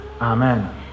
Amen